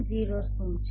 AM0 શું છે